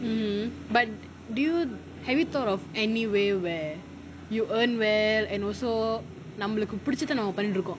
mm but do you have you thought of any way where you earn well and also நம்மளுக்கு பிடிச்சதை நம்ம பண்ணிட்டு இருக்கோம்:namaluku pidichatha namma pannittu irukom